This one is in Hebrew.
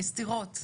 סתירות.